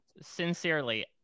Sincerely